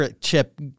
chip